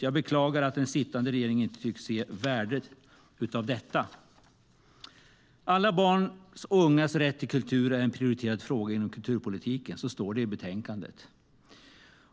Jag beklagar att den sittande regeringen inte tycks se värdet i det. Alla barns och ungas rätt till kultur är en prioriterad fråga inom kulturpolitiken. Så står det i betänkandet.